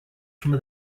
from